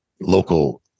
local